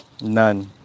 None